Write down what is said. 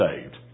saved